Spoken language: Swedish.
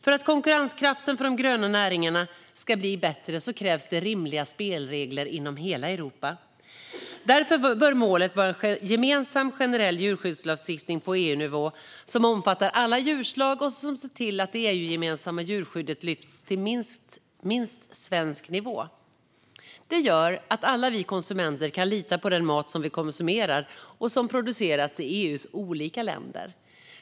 För att konkurrenskraften för de gröna näringarna ska bli bättre krävs det rimliga spelregler inom hela Europa. Därför bör målet vara en gemensam generell djurskyddslagstiftning på EU-nivå som omfattar alla djurslag och ser till att det EU-gemensamma djurskyddet lyfts till minst svensk nivå. Det gör att alla konsumenter kan lita på den mat som vi konsumerar och som har producerats i EU:s olika länder.